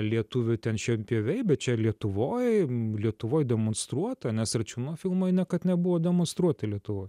lietuvių ten šienpjoviai bet čia lietuvoj lietuvoj demonstruota nes račiūno filmai nekad nebuvo demonstruoti lietuvoj